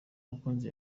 mukunzi